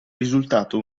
risultato